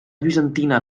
bizantina